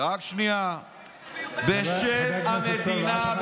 בשם המדינה,